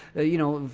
you know,